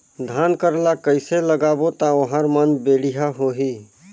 धान कर ला कइसे लगाबो ता ओहार मान बेडिया होही?